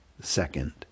second